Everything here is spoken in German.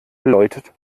läutet